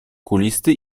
kulisty